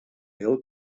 heel